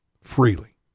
freely